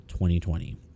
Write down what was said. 2020